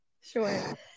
Sure